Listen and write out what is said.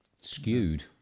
skewed